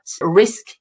risk